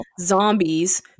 zombies